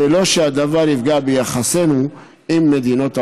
בלא שהדבר יפגע ביחסינו עם מדינות העולם.